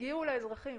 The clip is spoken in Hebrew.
תגיעו לאזרחים,